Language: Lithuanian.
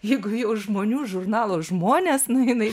jeigu jau žmonių žurnalo žmonės nu jinai